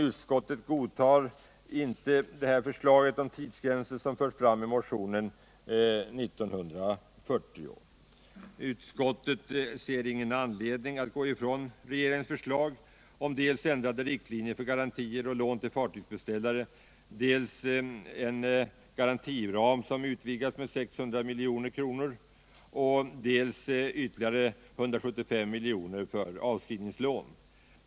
Utskottet antar inte förslaget om tidsgränser som förs fram i motionen 1940, och man ser ingen anledning att gå ifrån regeringens förslag om dels ändrade riktlinjer för garantier och lån till fartygsbeställare, dels en garantiram som utvidgas med 600 milj.kr., dels ytterligare 175 miljoner för avskrivningslån.